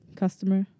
customer